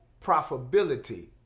profitability